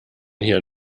hier